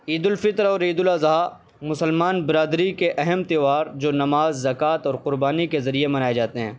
عید الفطر اور عید الاضحیٰ مسلمان برادری کے اہم تہوار جو نماز زکوٰۃ اور قربانی کے ذریعے منائے جاتے ہیں